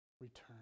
return